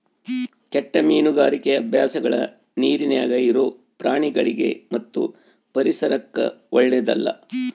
ಕೆಟ್ಟ ಮೀನುಗಾರಿಕಿ ಅಭ್ಯಾಸಗಳ ನೀರಿನ್ಯಾಗ ಇರೊ ಪ್ರಾಣಿಗಳಿಗಿ ಮತ್ತು ಪರಿಸರಕ್ಕ ಓಳ್ಳೆದಲ್ಲ